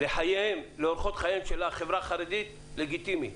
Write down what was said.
לחייהם ולאורחות חייהם של החברה החרדית לגיטימי.